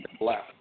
left